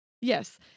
yes